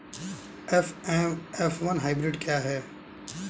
F one hybrid क्या है?